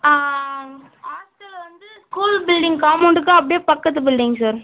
hostel வந்து school building காம்பௌன்டுக்கு அப்படியே பக்கத்து பில்டிங் சார்